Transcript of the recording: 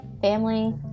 family